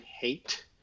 hate